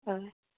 हय